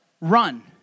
run